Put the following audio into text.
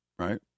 right